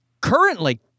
currently